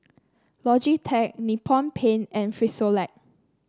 Logitech Nippon Paint and Frisolac